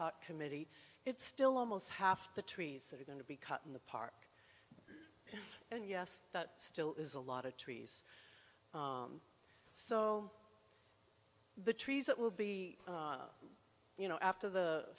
hoc committee it's still almost half the trees that are going to be cut in the park and yes that still is a lot of trees so the trees that will be you know after the